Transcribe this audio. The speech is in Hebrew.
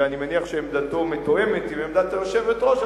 ואני מניח שעמדתו מתואמת עם עמדת היושבת-ראש,